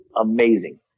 Amazing